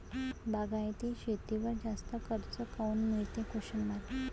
बागायती शेतीवर जास्त कर्ज काऊन मिळते?